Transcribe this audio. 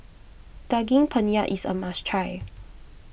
Daging Penyet is a must try